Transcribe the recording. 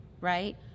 right